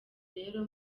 rero